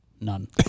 None